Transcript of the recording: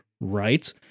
right